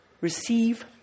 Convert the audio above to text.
receive